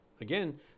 again